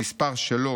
המספר שלו